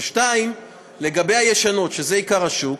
2. לגבי הישנות, שזה עיקר השוק,